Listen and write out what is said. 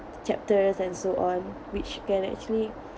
chapters and so on which can actually